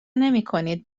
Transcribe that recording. نمیکنید